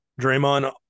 Draymond